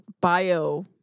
bio